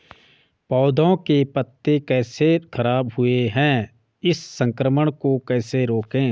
पौधों के पत्ते कैसे खराब हुए हैं इस संक्रमण को कैसे रोकें?